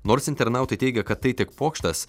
nors internautai teigia kad tai tik pokštas